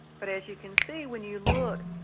but as you can see, when you look,